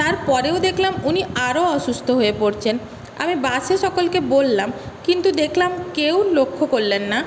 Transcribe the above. তারপরেও দেখলাম উনি আরও অসুস্থ হয়ে পড়ছেন আমি বাসে সকলকে বললাম কিন্তু দেখলাম কেউ লক্ষ্য করলেন না